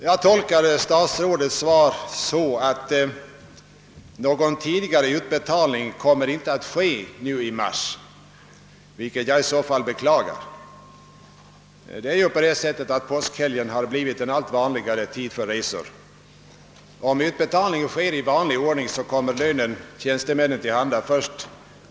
Jag tolkar statsrådets svar så, att någon tidigare utbetalning inte kommer att göras nu i mars. Jag beklagar om så blir fallet, Det har ju blivit allt vanligare att man gör resor i samband med påskhelgen, Om. nu utbetalningen sker i vanlig ordning kommer lönen tjänstemännen till handa först efter påsk.